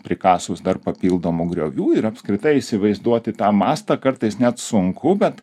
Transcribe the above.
prikasus dar papildomų griovių ir apskritai įsivaizduoti tą mastą kartais net sunku bet